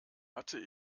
hatte